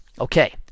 Okay